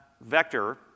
vector